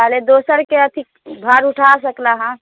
ताले दोसर के अथी भार उठा सकले हँ